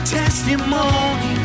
testimony